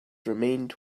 remained